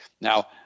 Now